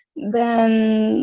then,